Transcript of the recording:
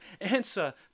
answer